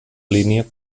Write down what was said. línia